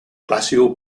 glacial